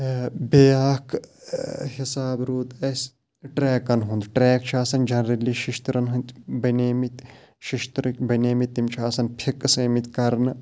تہٕ بیٛاکھ حِساب روٗد اَسہِ ٹرٛیکَن ہُنٛد ٹرٛیک چھِ آسان جَنرٔلی شٔشتٕرَن ہٕنٛدۍ بَنیمٕتۍ شٔشترٕکۍ بَنیمٕتۍ تِم چھِ آسان فِکٕس آمِتۍ کَرنہٕ